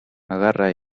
agarra